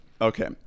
Okay